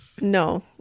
No